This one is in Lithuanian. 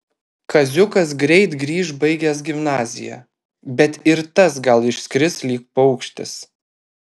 kaziukas greit grįš baigęs gimnaziją bet ir tas gal išskris lyg paukštis